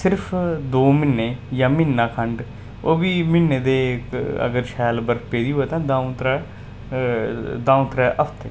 सिर्फ़ दो म्हीने जां म्हीना खंड ओह् बी म्हीने दे अगर शैल बर्फ़ पेदी होऐ दु'ऊं त्रै दु'ऊं त्रै हफ़्ते